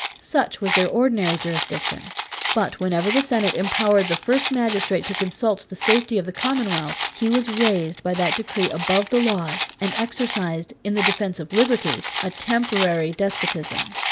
such was their ordinary jurisdiction but whenever the senate empowered the first magistrate to consult the safety of the commonwealth, he was raised by that decree above the laws, and exercised, in the defence of liberty, a temporary despotism.